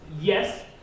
yes